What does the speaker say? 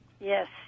Yes